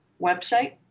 website